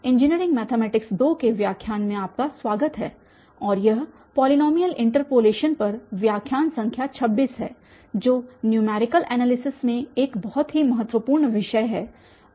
engineering mathematics 2 के व्याख्यान में आपका स्वागत है और यह पॉलीनॉमियल इन्टर्पोलेशन पर व्याख्यान संख्या 26 है जो न्यूमैरिकल एनालिसिस में एक बहुत ही महत्वपूर्ण विषय है